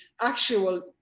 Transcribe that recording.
actual